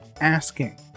asking